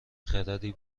خردی